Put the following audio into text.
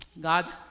God